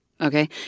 Okay